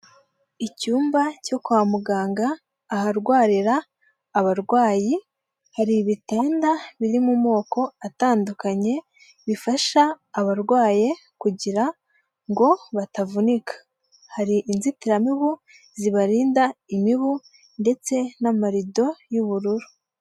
Icyumba cyo kwa muganga aharwarira abarwayi hari ibitanda biri mu moko atandukanye bifasha abarwaye kugira ngo batavunika. Hari inzitiramibu zibarinda imibu ndetse n'amarido y'ubururu.